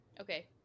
Okay